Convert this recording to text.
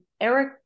Eric